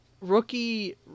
rookie –